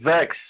Vex